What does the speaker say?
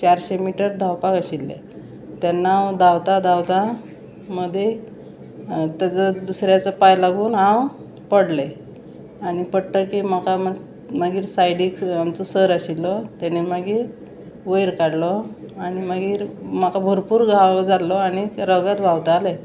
चारशे मिटर धांवपाक आशिल्लें तेन्ना हांव धांवता धांवता मदीं तेजो दुसऱ्याचो पांय लागून हांव पडलें आनी पडटकी म्हाका मागीर सायडीक आमचो सर आशिल्लो तेणी मागीर वयर काडलो आनी मागीर म्हाका भरपूर घाव जाल्लो आनी रगत व्हांवतालें